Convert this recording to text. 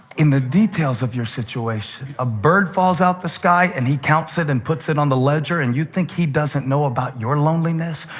in the details of your situation. a bird falls out of the sky, and he counts it and puts it on the ledger, and you think he doesn't know about your loneliness,